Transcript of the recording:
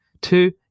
Two